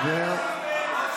הבוס